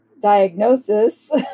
diagnosis